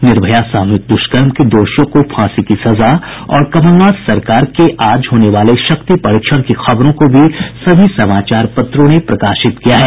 निर्भया सामूहिक दुष्कर्म के दोषियों को फांसी की सजा और कमलनाथ सरकार के आज होने वाले शक्ति परीक्षण की खबरों को सभी समाचार पत्रों ने प्रकाशित किया है